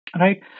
Right